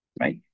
right